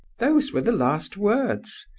those were the last words.